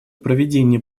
проведения